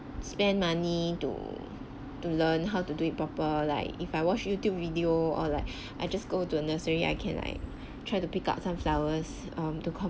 spend money to to learn how to do it proper like if I watch YouTube video or like I just go to a nursery I can like try to pick up sunflowers um to